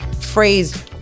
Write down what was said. phrase